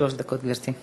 שלוש דקות, גברתי.